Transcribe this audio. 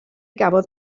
gafodd